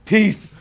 Peace